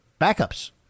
backups